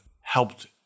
helped